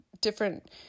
different